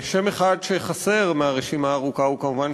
שם אחד שחסר ברשימה הארוכה הוא כמובן